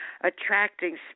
attracting